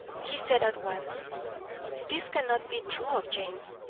he said at once this cannot be true of james.